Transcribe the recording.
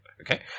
okay